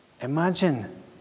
Imagine